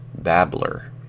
babbler